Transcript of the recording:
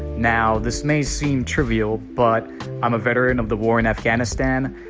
now this may seem trivial, but i'm a veteran of the war in afghanistan.